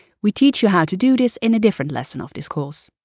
we teach you how to do this in a different lesson of this course.